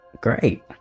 great